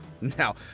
Now